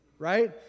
Right